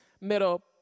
middle